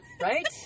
Right